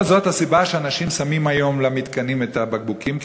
לא זאת הסיבה שאנשים שמים היום במתקנים את הבקבוקים,